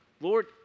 Lord